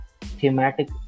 thematic